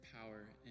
power